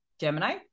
gemini